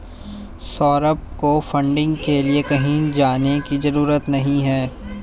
सौरभ को फंडिंग के लिए कहीं जाने की जरूरत नहीं है